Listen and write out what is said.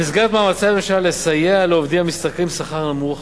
במסגרת מאמצי הממשלה לסייע לעובדים המשתכרים שכר נמוך